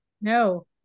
No